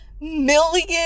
million